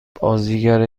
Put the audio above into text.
بازیگر